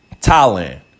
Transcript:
Thailand